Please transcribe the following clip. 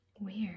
Weird